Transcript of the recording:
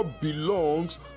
belongs